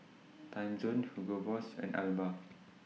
Timezone Hugo Boss and Alba